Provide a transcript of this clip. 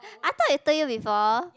I thought I told you before